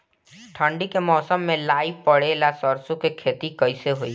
ठंडी के मौसम में लाई पड़े ला सरसो के खेती कइसे होई?